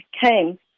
came